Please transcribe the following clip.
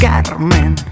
Carmen